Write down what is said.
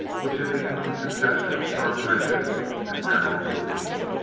which had become a succession of sharp ridges and narrow coulees,